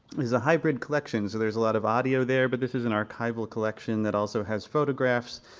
is a hybrid collection, so there's a lot of audio there, but this is an archival collection that also has photographs,